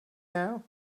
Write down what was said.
now